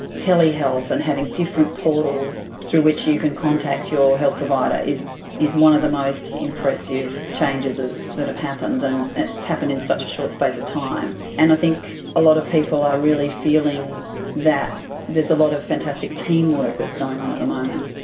telehealth and having different portals through which you can contact your health provider is is one of the most impressive changes ah that have happened, and it's happened in such a short space of time. and i think a lot of people are really feeling that there's a lot of fantastic teamwork that's going on at the moment.